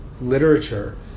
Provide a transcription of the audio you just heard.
Literature